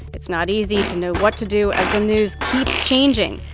it's not easy to know what to do as the news keeps changing.